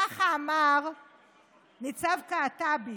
ככה אמר ניצב קעטבי,